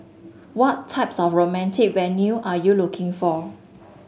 what types of romantic venue are you looking for